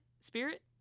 spirit